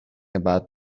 about